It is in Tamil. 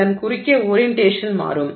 இதன் குறுக்கே ஓரியன்டேஷன் மாறும்